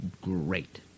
great